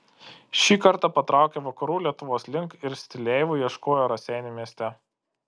šį kartą patraukė vakarų lietuvos link ir stileivų ieškojo raseinių mieste